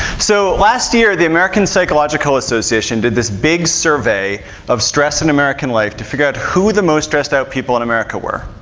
so last year, the american psychological association did this big survey of stress in american life to figure out who the most stressed out people in america were.